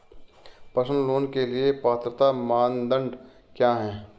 Personal loan के लिए पात्रता मानदंड क्या हैं?